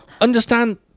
understand